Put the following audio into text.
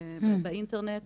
באינטרנט,